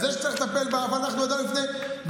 את זה שצריך לטפל בה אנחנו ידענו ב-2015.